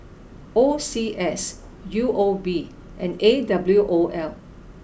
O C S U O B and A W O L